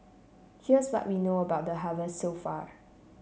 here's what we know about the harvest so far